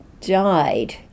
died